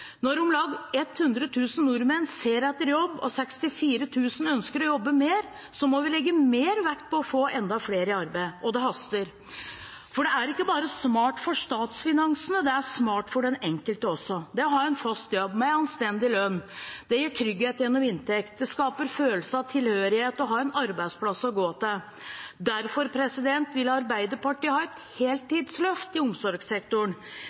Når om lag 100 000 nordmenn ser etter jobb, og 64 000 ønsker å jobbe mer, må vi legge mer vekt på å få enda flere i arbeid, og det haster. For det er ikke bare smart for statsfinansene, det er smart for den enkelte også. Det å ha en fast jobb, med en anstendig lønn, gir trygghet gjennom inntekt, og det skaper en følelse av tilhørighet å ha en arbeidsplass å gå til. Derfor vil Arbeiderpartiet ha et heltidsløft i omsorgssektoren.